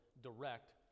direct